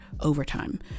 overtime